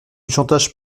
chantage